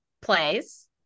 plays